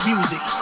Music